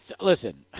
listen